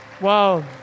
Wow